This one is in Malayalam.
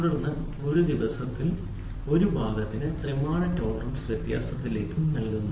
ഇന്ന് ഒരു ദിവസത്തിൽ ഒരു ഭാഗത്തിന് ത്രിമാന ടോളറൻസ് വ്യത്യാസത്തിലും ഇത് നൽകുന്നു